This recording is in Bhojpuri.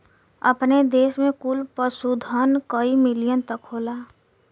अपने देस में कुल पशुधन कई मिलियन तक होला